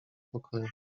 pokoju